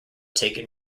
taken